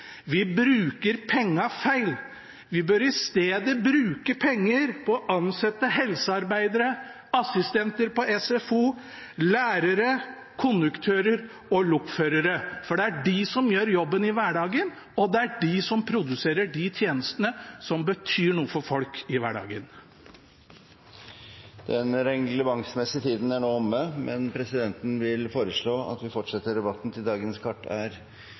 vi bruker pengene feil. Vi bør i stedet bruke penger på å ansette helsearbeidere, assistenter på SFO, lærere, konduktører og lokførere, for det er de som gjør jobben i hverdagen, og det er de som produserer de tjenestene som betyr noe for folk, i hverdagen. Den reglementsmessige tiden for dagens møte er nå omme, men presidenten vil foreslå at vi fortsetter debatten til dagens kart er